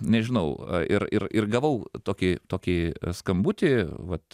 nežinau ir ir ir gavau tokį tokį skambutį vat